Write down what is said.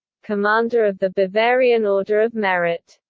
commander of the bavarian order of merit